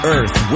Earth